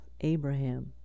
Abraham